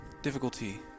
Difficulty